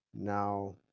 now